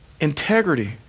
Integrity